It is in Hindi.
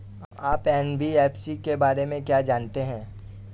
आप एन.बी.एफ.सी के बारे में क्या जानते हैं?